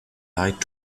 leid